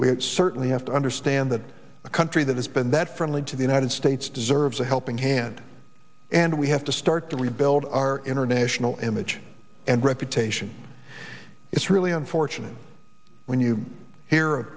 we certainly have to understand that a country that has been that friendly to the united states deserves a helping hand and we have to start to rebuild our international image and reputation it's really unfortunate when you hear